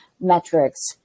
metrics